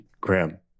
graham